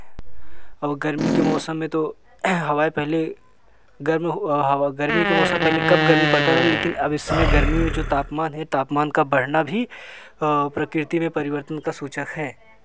और गर्मी के मौसम में तो हवाएँ पहले गर्म हवा गर्मी के मौसम पहले कब गर्मी पड़ता है लेकिन अब इसमें गर्मी में जो तापमान है तापमान का बढ़ना भी प्रकृति में परिवर्तन का सूचक है